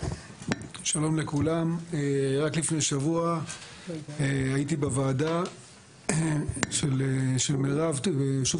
רק לפני שבוע הייתי בוועדה של מירב שוב